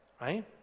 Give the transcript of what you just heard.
right